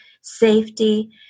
safety